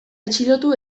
atxilotu